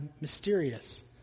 mysterious